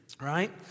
right